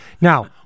Now